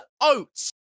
oats